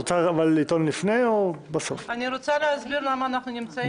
אני רוצה להסביר למה אנחנו נמצאים פה,